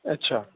ਅੱਛਾ